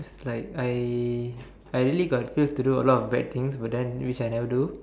like I I really got feel to do a lot of bad things which I never do